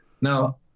Now